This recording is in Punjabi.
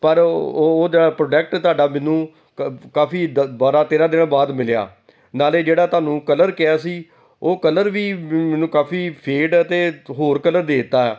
ਪਰ ਉਹਦਾ ਪ੍ਰੋਡਕਟ ਤੁਹਾਡਾ ਮੈਨੂੰ ਕ ਕਾਫੀ ਦ ਬਾਰਾਂ ਤੇਰਾਂ ਦਿਨਾਂ ਬਾਅਦ ਮਿਲਿਆ ਨਾਲੇ ਜਿਹੜਾ ਤੁਹਾਨੂੰ ਕਲਰ ਕਿਹਾ ਸੀ ਉਹ ਕਲਰ ਵੀ ਮੈਨੂੰ ਕਾਫੀ ਫੇਡ ਅਤੇ ਹੋਰ ਕਲਰ ਦੇ ਤਾ